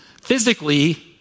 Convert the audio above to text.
physically